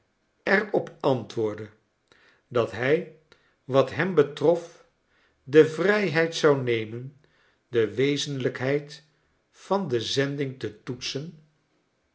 op antwoordde dat hij wat hem betrof de vrijheid zou nemen de wezenlijkheid van de zending te toetsen